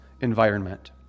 environment